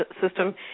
system